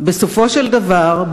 בסופו של דבר,